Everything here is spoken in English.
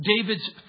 David's